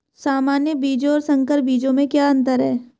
सामान्य बीजों और संकर बीजों में क्या अंतर है?